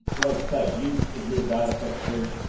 like i say, used azure data factory.